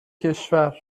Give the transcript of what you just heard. کشور